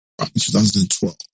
2012